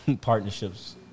partnerships –